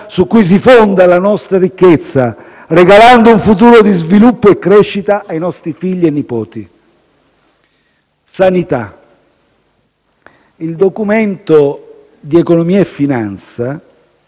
su cui si fonda la nostra ricchezza, regalando un futuro di sviluppo e crescita ai nostri figli e nipoti. Quanto alla sanità, il Documento di economia e finanza